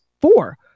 four